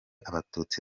abatutsi